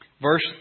verse